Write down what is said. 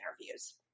interviews